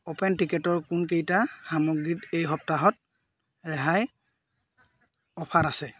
open টিকেটৰ কোনকেইটা সামগ্ৰীত এই সপ্তাহত ৰেহাইৰ অফাৰ আছে